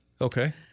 Okay